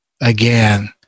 again